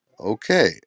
okay